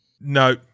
No